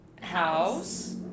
house